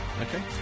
Okay